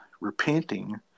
repenting